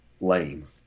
lame